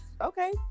Okay